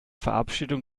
verabschiedung